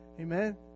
Amen